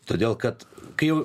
todėl kad kai jau